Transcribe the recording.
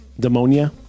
Demonia